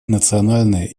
национальные